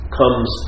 comes